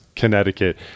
Connecticut